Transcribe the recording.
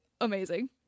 amazing